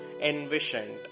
envisioned